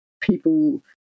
people